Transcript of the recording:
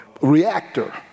reactor